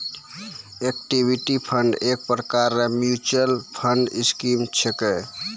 equity fund एक प्रकार रो मिच्युअल फंड स्कीम छिकै